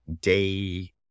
day